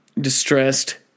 distressed